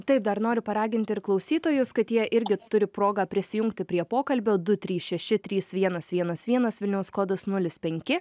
taip dar noriu paraginti ir klausytojus kad jie irgi turi progą prisijungti prie pokalbio du trys šeši trys vienas vienas vienas vilniaus kodas nulis penki